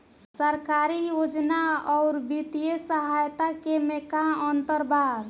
सरकारी योजना आउर वित्तीय सहायता के में का अंतर बा?